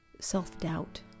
self-doubt